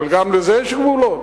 אבל גם לזה יש גבולות.